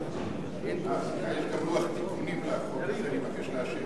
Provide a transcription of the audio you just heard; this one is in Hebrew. יש גם לוח תיקונים לחוק, ואני מבקש לאשר